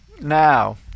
Now